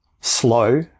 slow